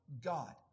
God